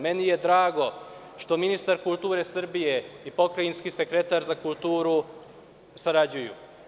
Meni je drago što ministar kulture Srbije i pokrajinski sekretar za kulturu sarađuju.